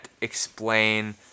explain